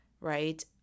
right